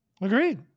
Agreed